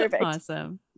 Awesome